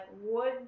wood